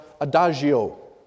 adagio